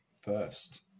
first